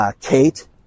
Kate